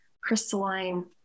crystalline